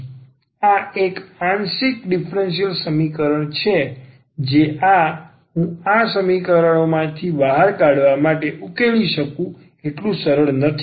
તેથી આ એક આંશિક ડીફરન્સીયલ સમીકરણ છે જે આ હું આ સમીકરણો માંથી બહાર કાઢવા માટે ઉકેલી શકું એટલું સરળ નથી